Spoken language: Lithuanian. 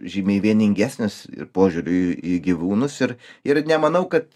žymiai vieningesnis ir požiūriu į gyvūnus ir ir nemanau kad